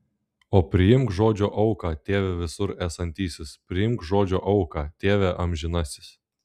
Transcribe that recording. o priimk žodžio auką tėve visur esantysis priimk žodžio auką tėve amžinasis